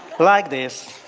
like this.